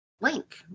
Link